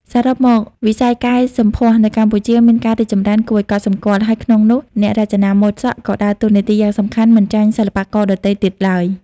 សរុបមក វិស័យកែសម្ផស្សនៅកម្ពុជាមានការរីកចម្រើនគួរឱ្យកត់សម្គាល់ ហើយក្នុងនោះ អ្នករចនាម៉ូដសក់ ក៏ដើរតួនាទីយ៉ាងសំខាន់មិនចាញ់សិល្បករដទៃទៀតឡើយ។